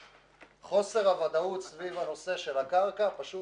חוסר הוודאות סביב הנושא של הקרקע פשוט